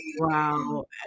Wow